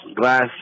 glass